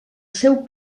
seu